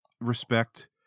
respect